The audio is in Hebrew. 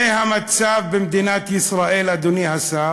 זה המצב במדינת ישראל, אדוני השר,